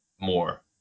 more